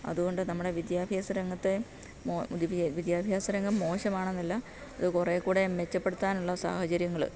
അതുകൊണ്ട് നമ്മളുടെ വിദ്യാഭ്യാസ രംഗത്തെ വിദ്യാഭ്യാസരംഗം മോശം ആണെന്നല്ല അത് കുറെക്കൂടെ മെച്ചപ്പെടുത്താനുള്ള സാഹചര്യങ്ങള്